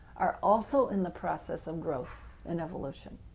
are also in the process of growth and evolution,